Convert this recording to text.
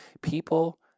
People